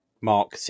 Mark